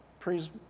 please